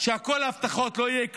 שמכל ההבטחות לא יהיה כלום,